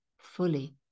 fully